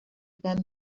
than